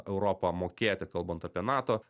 europą mokėti kalbant apie nato